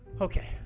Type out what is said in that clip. Okay